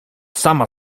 sama